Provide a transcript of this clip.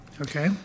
Okay